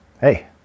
hey